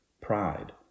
pride